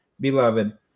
beloved